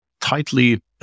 tightly